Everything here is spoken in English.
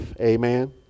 Amen